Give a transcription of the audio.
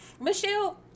Michelle